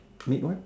meat what